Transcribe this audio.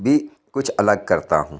بھی کچھ الگ کرتا ہوں